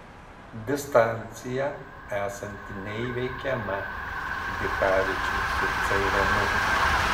distancija esanti neįveikiama dichavičiui su ceilonu